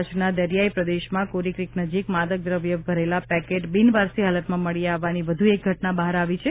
કચ્છના દરિયાઈ પ્રદેશમાં કોરીક્રીક નજીક માદક દ્રવ્ય ભરેલા પેકેટ બીનવારસી હાલતમાં મળી આવવાની વધુ એક ઘટના બહાર આવી છે